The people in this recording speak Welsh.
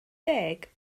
deg